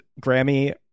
Grammy